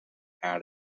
had